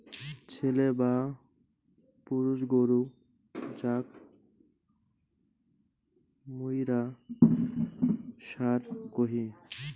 ছেলে বা পুরুষ গরু যাক মুইরা ষাঁড় কহি